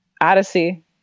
Odyssey